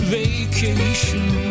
vacation